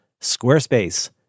Squarespace